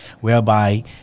Whereby